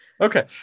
Okay